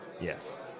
Yes